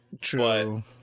True